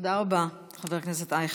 תודה רבה, חבר הכנסת אייכלר.